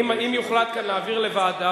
אם יוחלט כאן להעביר לוועדה,